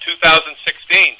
2016